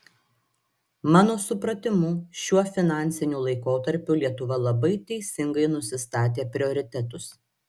mano supratimu šiuo finansiniu laikotarpiu lietuva labai teisingai nusistatė prioritetus